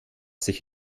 sich